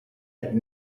had